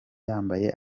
yambaye